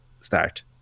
start